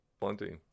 Plenty